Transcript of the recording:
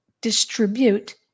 distribute